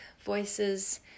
voices